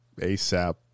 ASAP